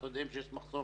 אנחנו יודעים שיש מחסור